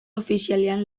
ofizialean